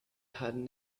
had